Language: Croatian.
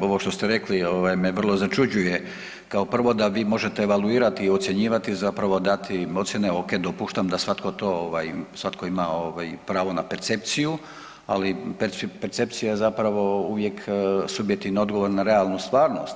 ovo što ste rekli me vrlo začuđuje kao prvo da vi možete evaluirati i ocjenjivati zapravo dati ocjene ok, dopuštam da svatko ima pravo na percepciju, ali percepcija je zapravo uvijek subjektivan odgovor na realnu stvarnost.